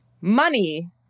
money